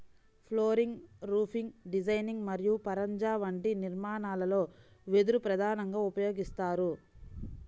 flooring, roofing designing మరియు పరంజా వంటి నిర్మాణాలలో వెదురు ప్రధానంగా ఉపయోగిస్తారు